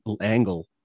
angle